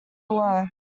below